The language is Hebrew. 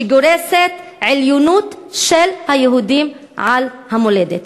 שגורסת עליונות של היהודים על המולדת.